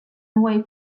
away